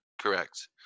Correct